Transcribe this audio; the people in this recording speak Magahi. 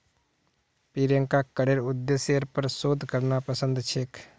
प्रियंकाक करेर उद्देश्येर पर शोध करना पसंद छेक